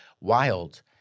wild